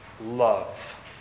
loves